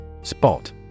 Spot